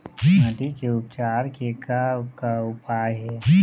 माटी के उपचार के का का उपाय हे?